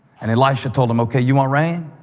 and elisha told them, okay, you want rain?